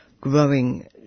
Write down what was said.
growing